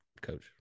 Coach